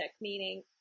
Meaning